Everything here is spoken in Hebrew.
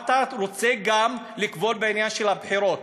מה אתה רוצה גם לכבול בעניין של הבחירות?